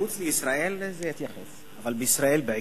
מחוץ לישראל, אבל בישראל בעיקר.